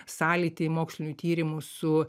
sąlytį mokslinių tyrimų su